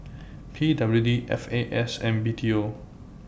P W D F A S and B T O